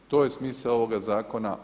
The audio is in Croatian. To je smisao ovoga zakona.